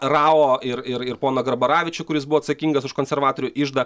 rao ir ir ir poną garbaravičių kuris buvo atsakingas už konservatorių iždą